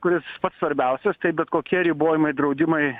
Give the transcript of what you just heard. kuris pats svarbiausias tai bet kokie ribojimai draudimai